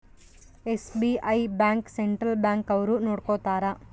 SBI bank central bank ಅವ್ರು ನೊಡ್ಕೋತರ